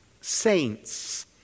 saints